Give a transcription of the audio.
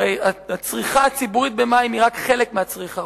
הרי הצריכה הציבורית במים היא רק חלק מהצריכה.